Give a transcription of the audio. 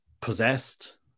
possessed